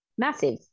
Massive